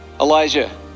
Elijah